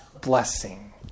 blessing